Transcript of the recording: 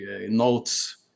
notes